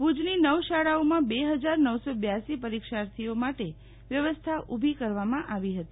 ભુજની નવ શાળાઓમાં બે ફજાર નવ સો બેયાંસી પરિક્ષાથીઓ માટે વ્યવસ્થા ઉભી કરવામાં આવી હતી